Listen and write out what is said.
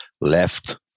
left